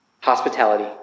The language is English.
Hospitality